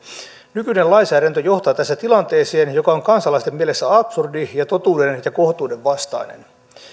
nykyinen lainsäädäntö johtaa tässä tilanteeseen joka on kansalaisten mielestä absurdi ja totuuden ja kohtuudenvastainen